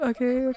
Okay